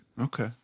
Okay